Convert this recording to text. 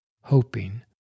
hoping